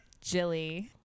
Jilly